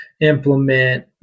implement